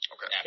Okay